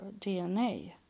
DNA